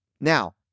Now